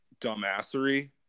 dumbassery